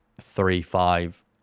three-five